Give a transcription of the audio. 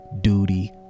Duty